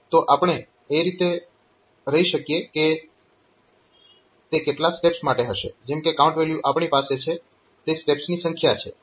તો આપણે એ રીતે રહી શકીએ કે તે કેટલા સ્ટેપ્સ માટે હશે જેમ કે કાઉન્ટ વેલ્યુ આપણી પાસે છે તે સ્ટેપ્સની સંખ્યા છે